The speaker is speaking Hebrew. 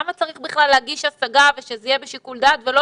למה צריך בכלל להגיש השגה ושזה יהיה בשיקול דעת ולא